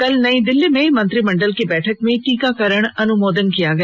कल नई दिल्ली में मंत्रिमंडल की बैठक में टीकाकरण अनुमोदन किया गया